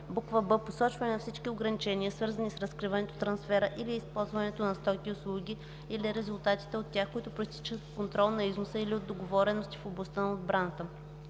б) посочване на всички ограничения, свързани с разкриването, трансфера или използването на стоки и услуги, или резултатите от тях, които произтичат от контрол на износа или от договорености в областта на отбраната;